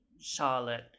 Charlotte